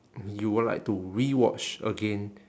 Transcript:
you would like to rewatch again